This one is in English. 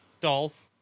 Dolph